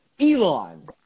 Elon